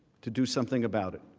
to do something about it.